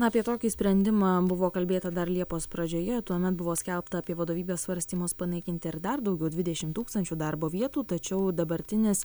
apie tokį sprendimą buvo kalbėta dar liepos pradžioje tuomet buvo skelbta apie vadovybės svarstymus panaikinti ir dar daugiau dvidešim tūkstančių darbo vietų tačiau dabartinis